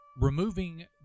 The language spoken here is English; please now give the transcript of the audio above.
Removing